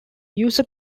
user